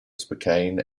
spokane